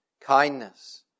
kindness